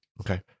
Okay